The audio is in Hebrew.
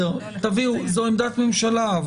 זו עמדת ממשלה.